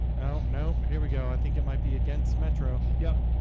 don't know. here we go. i think it might be against metro. yep